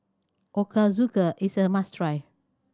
ochazuke is a must try